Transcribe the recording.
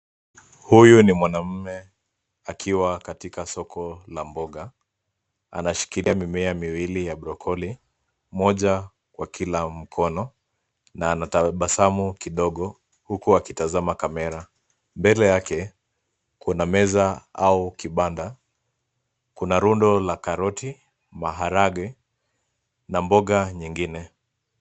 Huyu ni mwanamme akiwa katika soko la mboga. Anashikilia mimea miwili ya brokoli, mmoja kwa kila mkono na anatabasamu kidogo huku akitazama kamera. Mbele yake, kuna meza au kibanda. Kuna rundo la karoti, maharagwe na mboga nyingine.